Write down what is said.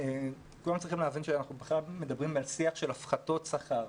כולם צריכים להבין שאנחנו מדברים על שיח של הפחתות שכר.